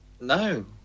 No